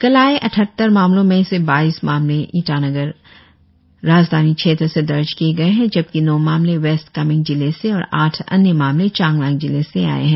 कल आए अट्टहत्तर मामलों में से बाईस मामले ईटानगर राजधानी क्षेत्र से दर्ज किए गए है जबकि नौ मामले वेस्ट कामेंग जिले से और आठ अन्य मामले चांगलांग जिले से आए हैं